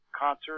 concert